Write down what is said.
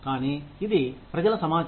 కానీ ఇది ప్రజల సమాచారం